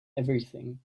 everything